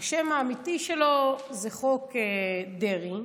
השם האמיתי שלו זה חוק דרעי,